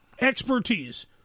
expertise